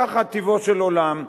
ככה טבעו של עולם.